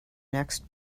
next